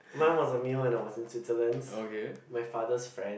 mine was a meal and I was in Switzerland my father's friend